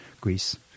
Greece